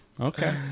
Okay